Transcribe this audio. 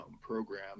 program